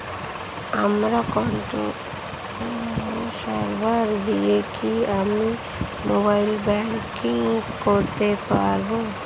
আমার কন্ঠস্বর দিয়ে কি আমি মোবাইলে ব্যাংকিং করতে পারবো?